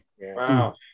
Wow